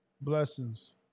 Blessings